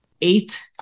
eight